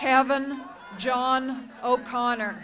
haven't john o'connor